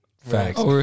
Facts